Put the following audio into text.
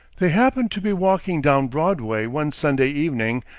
they happened to be walking down broadway one sunday evening,